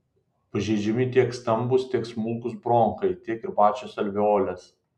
pažeidžiami tiek stambūs tiek smulkūs bronchai tiek ir pačios alveolės